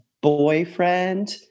boyfriend